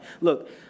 Look